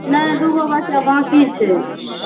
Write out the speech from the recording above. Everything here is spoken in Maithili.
नहि दुगो बच्चा बाकी छै